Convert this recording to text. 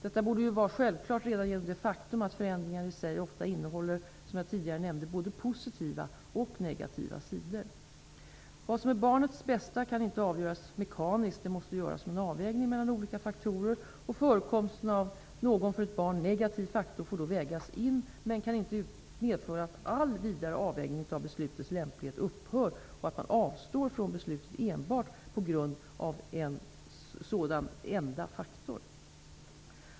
Detta borde ju vara självklart redan genom det faktum att förändringar i sig ofta innehåller -- som jag tidigare nämnde -- både positiva och negativa sidor. Vad som är barnets bästa kan inte avgöras mekaniskt. Det måste göras genom en avvägning mellan många olika faktorer. Förekomsten av någon för ett barn negativ faktor får då vägas in men kan inte medföra att all vidare avvägning av beslutets lämplighet upphör och att man avstår från beslutet enbart på grund av en sådan enda faktor.